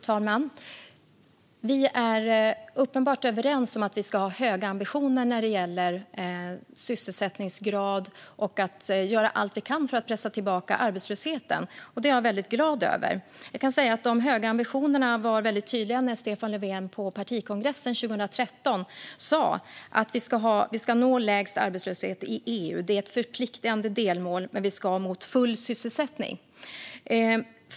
Fru talman! Vi är uppenbart överens om att vi ska ha höga ambitioner när det gäller sysselsättningsgrad och göra allt vi kan för att pressa tillbaka arbetslösheten, och det är jag väldigt glad över. De höga ambitionerna var väldigt tydliga när Stefan Löfven på partikongressen 2013 sa att vi skulle nå lägst arbetslöshet i EU. Det var ett förpliktande delmål, men vi skulle mot full sysselsättning.